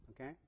okay